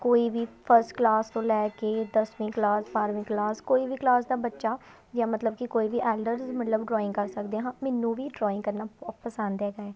ਕੋਈ ਵੀ first class ਤੋਂ ਲੈ ਕੇ ਦਸਵੀਂ ਕਲਾਸ ਬਾਰਵੀਂ ਕਲਾਸ ਕੋਈ ਵੀ ਕਲਾਸ ਦਾ ਬੱਚਾ ਜਾਂ ਮਤਲਬ ਕਿ ਕੋਈ ਵੀ ਐਲਡਰ ਮਤਲਬ ਡਰੋਇੰਗ ਕਰ ਸਕਦੇ ਹਾਂ ਮੈਨੂੰ ਵੀ ਡਰੋਇੰਗ ਕਰਨਾ ਬਹੁਤ ਪਸੰਦ ਹੈਗਾ ਹੈ